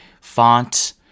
font